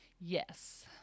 yes